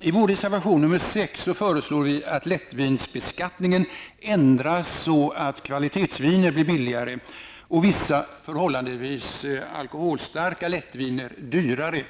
I vår reservation 6 föreslår vi att lättvinsbeskattningen ändras, så att kvalitetsviner blir billigare och vissa förhållandevis alkoholstarka lättviner blir dyrare.